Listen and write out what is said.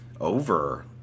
over